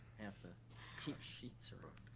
have to keep sheets.